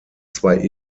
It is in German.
zwei